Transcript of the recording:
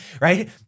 right